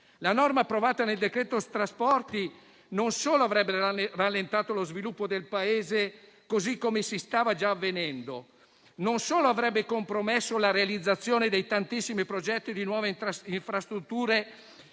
La norma approvata nel citato decreto-legge n. 121 del 2021 non solo avrebbe rallentato lo sviluppo del Paese, così come stava già avvenendo, non solo avrebbe compromesso la realizzazione dei tantissimi progetti di nuove infrastrutture